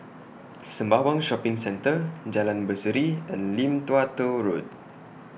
Sembawang Shopping Centre Jalan Berseri and Lim Tua Tow Road